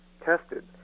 tested